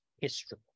history